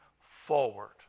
forward